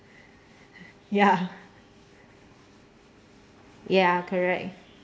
ya ya correct